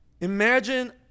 Imagine